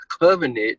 covenant